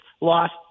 lost